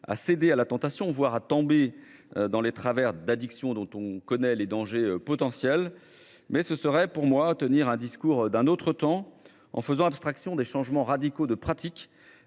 à céder à la tentation, voire à tomber dans les travers d'addiction dont on connaît les dangers potentiels. Mais ce serait pour moi à tenir un discours d'un autre temps. En faisant abstraction des changements radicaux de pratiques